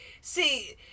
see